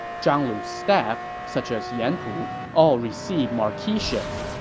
zhang lu's staff, such as yan pu, all received marquiships.